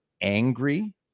angry